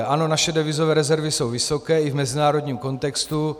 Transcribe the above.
Ano, naše devizové rezervy jsou vysoké i v mezinárodním kontextu.